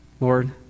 Lord